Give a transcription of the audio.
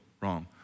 wrong